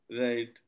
Right